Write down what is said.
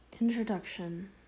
Introduction